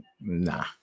Nah